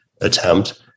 attempt